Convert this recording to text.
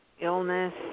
illness